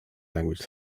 language